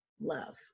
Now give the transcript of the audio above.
love